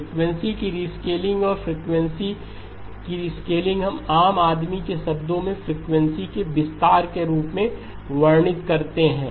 frequency की rescaling और frequency की रिस्केलिंग हम आम आदमी के शब्दों में फ्रीक्वेंसी के विस्तार के रूप में वर्णित करते हैं